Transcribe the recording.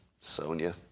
Sonia